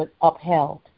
upheld